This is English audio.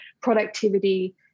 productivity